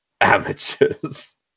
Amateurs